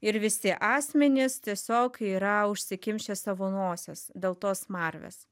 ir visi asmenys tiesiog yra užsikimšęs savo nosis dėl tos smarvės